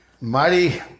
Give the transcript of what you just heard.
mighty